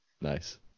Nice